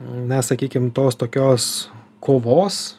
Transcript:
na sakykim tos tokios kovos